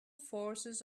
forces